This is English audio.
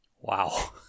Wow